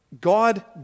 God